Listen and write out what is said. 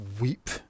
weep